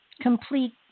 complete